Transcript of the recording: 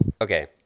okay